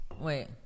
wait